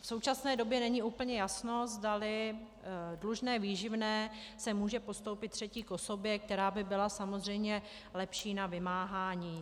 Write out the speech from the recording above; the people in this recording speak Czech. v současné době není úplně jasno, zdali dlužné výživné se může postoupit třetí osobě, která by byla samozřejmě lepší na vymáhání.